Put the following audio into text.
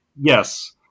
Yes